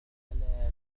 على